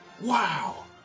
wow